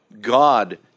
God